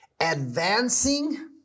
advancing